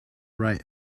right